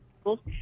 people